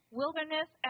wilderness